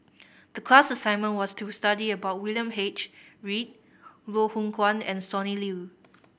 the class assignment was to study about William H Read Loh Hoong Kwan and Sonny Liew